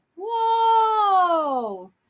Whoa